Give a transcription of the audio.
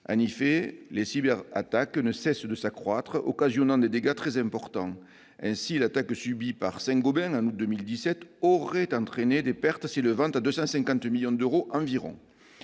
En effet, les cyberattaques ne cessent de s'accroître, occasionnant des dégâts très importants. Ainsi, l'attaque subie par Saint-Gobain en août 2017 aurait entraîné des pertes de 250 millions d'euros environ.